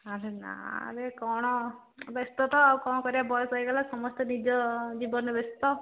ଆରେ ନାରେ କ'ଣ ବ୍ୟସ୍ତ ତ ଆଉ କ'ଣ କରିବା ବୟସ ହୋଇଗଲେ ସମସ୍ତେ ନିଜ ଜୀବନରେ ବ୍ୟସ୍ତ